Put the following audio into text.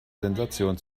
sensation